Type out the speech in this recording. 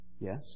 Yes